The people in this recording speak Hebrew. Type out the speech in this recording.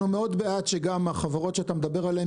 אנחנו מאוד בעד שגם החברות שאתה מדבר עליהם